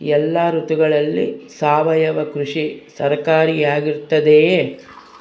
ಎಲ್ಲ ಋತುಗಳಲ್ಲಿ ಸಾವಯವ ಕೃಷಿ ಸಹಕಾರಿಯಾಗಿರುತ್ತದೆಯೇ?